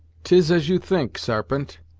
tis as you think, sarpent,